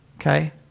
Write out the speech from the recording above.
Okay